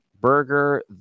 burger